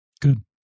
Good